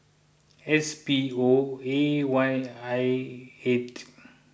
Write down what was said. S P O A Y I eight